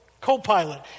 co-pilot